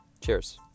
Cheers